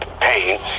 pain